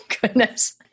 goodness